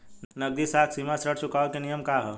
नगदी साख सीमा ऋण चुकावे के नियम का ह?